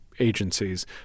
Agencies